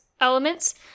elements